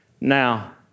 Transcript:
Now